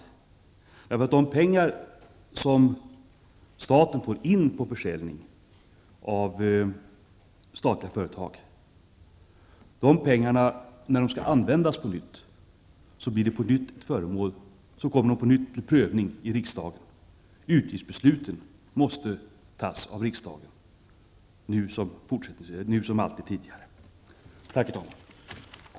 Användningen av de pengar som staten får in på försäljning av statliga företag skall, när pengarna väl skall användas, bli föremål för prövning i riksdagen. Utgiftsbesluten måste fattas av riksdagen nu som alltid tidigare. Tack, herr talman!